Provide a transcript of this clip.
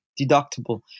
deductible